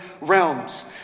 realms